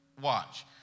watch